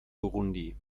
burundi